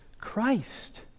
Christ